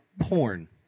porn